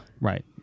Right